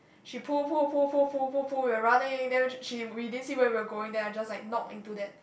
she pull pull pull pull pull pull pull we were running then she we didn't see where we were going then I just just like knock into that